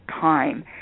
time